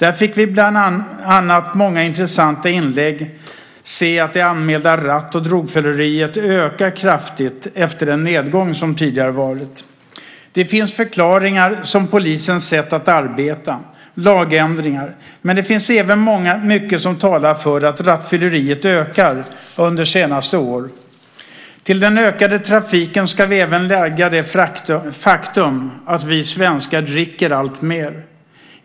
Vi fick i många intressanta inlägg se att det anmälda ratt och drogfylleriet ökar kraftigt efter den nedgång vi haft tidigare. Det finns förklaringar som till exempel polisens sätt att arbeta och lagändringar. Men det finns även mycket som talar för att rattfylleriet ökat under de senaste åren. Till den ökade trafiken ska vi även lägga det faktum att vi svenskar dricker alltmer.